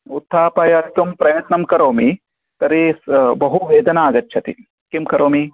उत्थापयितुं प्रयत्नं करोमि तर्हि बहु वेदना आगच्छति किं करोमि